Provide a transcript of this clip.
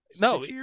No